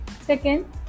second